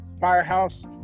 firehouse